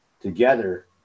together